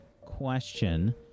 question